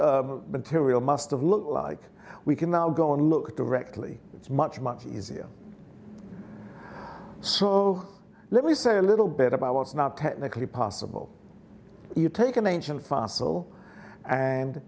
ancient material must look like we can now go and look directly it's much much easier so let me say a little bit about what's not technically possible you take an ancient fassel and